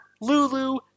Lulu